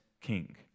king